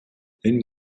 энэ